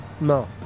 No